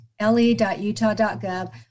le.utah.gov